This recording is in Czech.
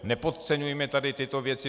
Nepodceňujme tady tyto věci.